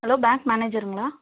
hello bank மேனேஜர்ங்களா